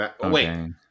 Wait